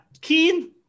keen